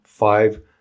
five